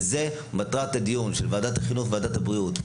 זאת מטרת הדיון של ועדת החינוך וועדת הבריאות,